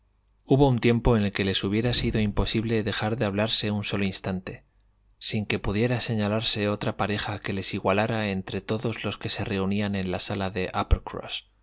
hubo un tiempo en el que les hubiera sido imposible dejar de hablarse un tolo iinstante sin que pudiera señalarse otra pareja que les igualara entre todos los que se reunían en la sala de